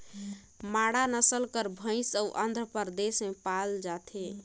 मांडा नसल कर भंइस हर आंध्र परदेस में पाल जाथे